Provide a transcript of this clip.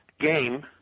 game